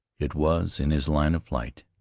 it was in his line of flight,